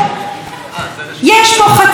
שהחיים שלהן הפקר.